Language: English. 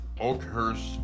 Oakhurst